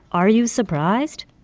are you surprised?